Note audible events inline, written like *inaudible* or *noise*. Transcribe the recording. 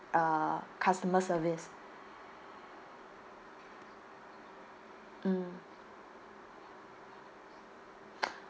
uh customer service mm *noise*